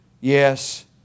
Yes